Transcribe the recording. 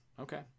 okay